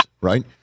Right